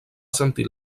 sentir